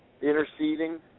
interceding